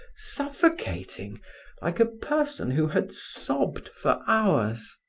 suffocating like a person who had sobbed for hours.